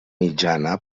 mitjana